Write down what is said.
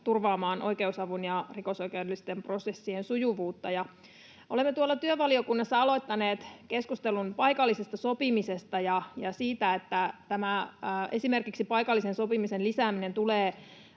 turvaamaan oikeusavun ja rikosoikeudellisten prosessien sujuvuutta. Olemme tuolla työvaliokunnassa aloittaneet keskustelun paikallisesta sopimisesta ja siitä, että esimerkiksi paikallisen sopimisen lisääminen tulee